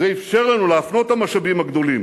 זה אפשר לנו להפנות את המשאבים הגדולים